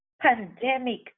pandemic